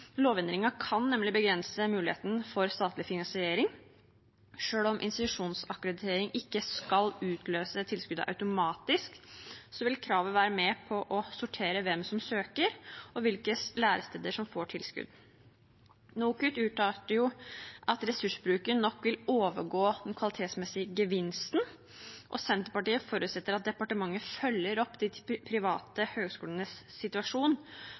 kan nemlig begrense muligheten for statlig finansiering. Selv om institusjonsakkreditering ikke skal utløse tilskuddene automatisk, vil kravet være med på å sortere hvem som søker, og hvilke læresteder som får tilskudd. NOKUT uttalte at ressursbruken nok vil overgå den kvalitetsmessige gevinsten, og Senterpartiet forutsetter at departementet følger opp de private høyskolenes situasjon